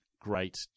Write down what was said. great